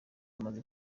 amaze